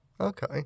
Okay